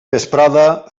vesprada